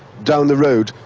down the road,